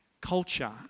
culture